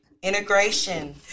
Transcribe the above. Integration